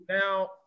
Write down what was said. Now